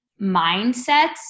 mindsets